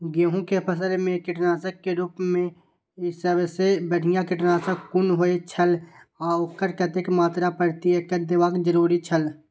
गेहूं के फसल मेय कीटनाशक के रुप मेय सबसे बढ़िया कीटनाशक कुन होए छल आ ओकर कतेक मात्रा प्रति एकड़ देबाक जरुरी छल?